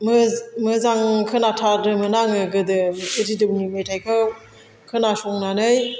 मोजां खोनाथारदोंमोन आङो गोदो रेडिय'नि मेथाइखौ खोनासंनानै